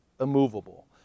immovable